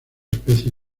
especie